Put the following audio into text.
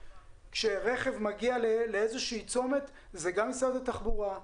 כשרכב מגיע לאיזשהו צומת זה גם משרד התחבורה,